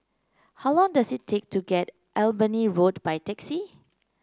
how long does it take to get Allenby Road by taxi